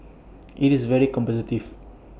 IT is very competitive